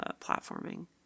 platforming